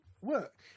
work